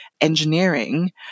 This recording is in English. engineering